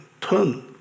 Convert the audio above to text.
turn